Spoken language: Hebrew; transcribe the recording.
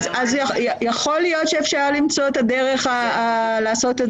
יכול להיות שאפשר למצוא את הדרך לעשות את